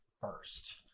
first